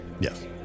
Yes